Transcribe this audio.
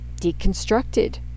deconstructed